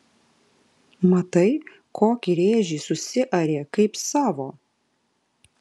matai kokį rėžį susiarė kaip savo